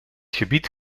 gebied